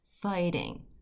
fighting